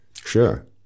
Sure